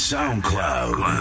SoundCloud